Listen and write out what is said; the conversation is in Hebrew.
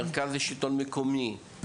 כמו מרכז השלטון המקומי,